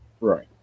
Right